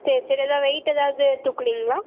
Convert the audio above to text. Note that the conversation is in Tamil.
சரி சரி எதா வெயிட் எதாவது தூக்குனிங்களா